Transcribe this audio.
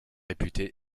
réputés